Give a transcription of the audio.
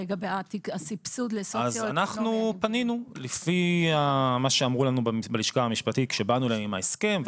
אנחנו פנינו לפי מה שאמרו לנו בלשכה המשפטית כשבאנו אליהם עם ההסכם,